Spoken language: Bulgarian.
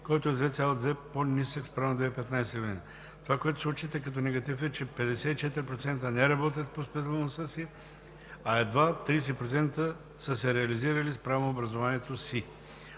който е с 2,2% по-нисък спрямо 2015 г. Това, което се отчита като негатив, е, че 54% не работят по специалността си, а едва 30% са се реализирали спрямо образованието си.